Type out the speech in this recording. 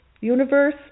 universe